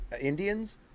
Indians